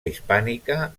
hispànica